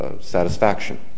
satisfaction